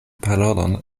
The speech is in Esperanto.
parolon